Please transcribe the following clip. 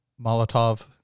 Molotov